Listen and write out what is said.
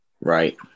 Right